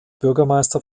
bürgermeister